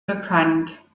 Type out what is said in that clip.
bekannt